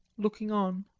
looking on.